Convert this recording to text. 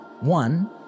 One